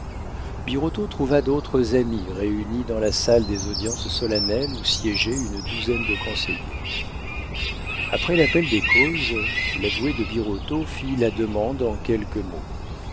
trouva d'autres amis réunis dans la salle des audiences solennelles où siégeaient une douzaine de conseillers après l'appel des causes l'avoué de birotteau fit la demande en quelques mots